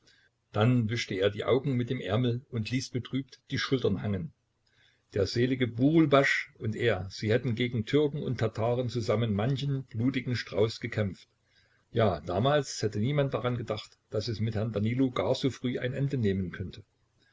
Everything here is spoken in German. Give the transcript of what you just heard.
dann wischte er die augen mit dem ärmel und ließ betrübt die schultern hangen der selige burulbasch und er sie hätten gegen türken und tataren zusammen manchen blutigen strauß gekämpft ja damals hätte niemand daran gedacht daß es mit herrn danilo gar so früh ein ende nehmen könnte